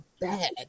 bad